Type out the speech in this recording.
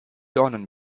dornen